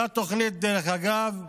תוכנית, דרך אגב,